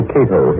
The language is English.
Cato